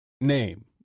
Name